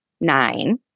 nine